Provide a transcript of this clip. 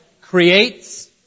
creates